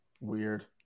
Weird